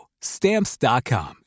Stamps.com